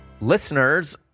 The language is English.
listeners